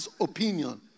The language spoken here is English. opinion